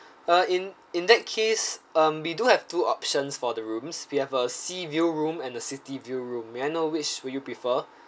uh in in that case um we do have two options for the rooms we have a sea view room and the city view room may I know which would you prefer